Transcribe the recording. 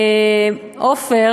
עפר,